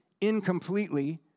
incompletely